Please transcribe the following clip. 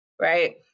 right